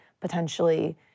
potentially